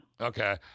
Okay